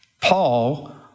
Paul